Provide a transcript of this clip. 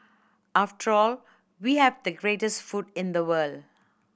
after all we have the greatest food in the world